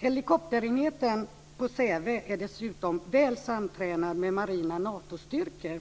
Helikopterenheten på Säve är dessutom väl samtränad med marina Natostyrkor,